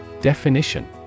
Definition